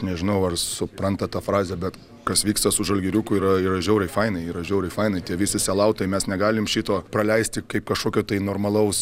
nežinau ar supranta tą frazę bet kas vyksta su žalgiriuku yra yra žiauriai fainai yra žiauriai fainai tie visi selautai mes negalim šito praleisti kaip kažkokio tai normalaus